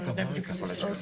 הוא יודע בדיוק איפה לשבת.